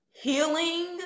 healing